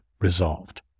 resolved